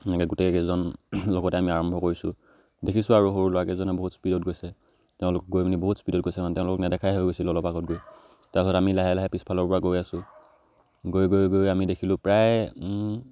এনেকৈ গোটেইকেইজন লগতে আমি আৰম্ভ কৰিছোঁ দেখিছোঁ আৰু সৰু ল'ৰাকেইজনে বহুত স্পীডত গৈছে তেওঁলোক গৈ পিনি বহুত স্পীডত গৈছে মানে তেওঁলোক নেদেখাই হৈ গৈছে অলপ পাছত গৈ তাৰপিছত আমি লাহে লাহে পিছফালৰ পৰা গৈ আছোঁ গৈ গৈ গৈ আমি দেখিলোঁ প্ৰায়